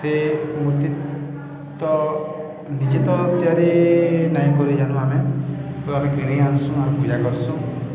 ସେ ମୂର୍ତ୍ତି ତ ନିଜେ ତ ତିଆରି ନାଇଁ କରି ଜାନୁ ଆମେ ତେ କିଣି ଆନସୁ ଆମେ ପୂଜା କରସୁଁ